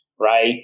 right